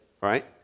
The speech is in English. right